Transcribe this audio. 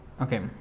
Okay